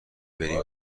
بریم